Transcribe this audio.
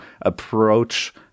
approach